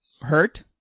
hurt